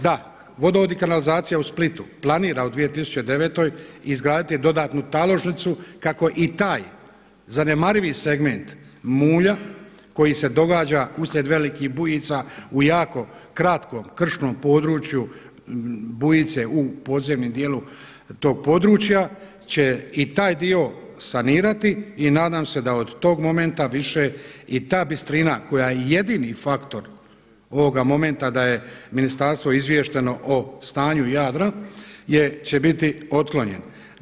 Da, vodovod i kanalizacija u Splitu planira u 2009. izgraditi dodatnu taložnicu kako i taj zanemarivi segment mulja koji se događa uslijed velikih bujica u jako kratkom krškom području bujice u podzemnom dijelu tog područja će i taj dio sanirati i nadam se da od tog momenta više i ta bistrina koja je jedini faktor ovoga momenta da je ministarstvo izvješteno o stanju Jadra je će biti otklonjen.